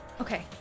Okay